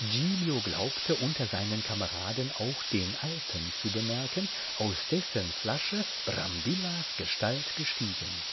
giglio glaubte unter seinen kameraden auch den alten zu bemerken aus dessen flasche brambillas gestalt gestiegen